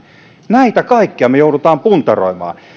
näitä kaikkia me joudumme puntaroimaan